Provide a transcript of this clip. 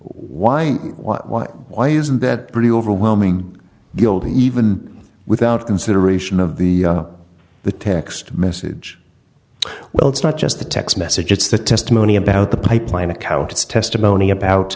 why why why why isn't that pretty overwhelming guilty even without consideration of the the text message well it's not just the text message it's the testimony about the pipeline account it's testimony about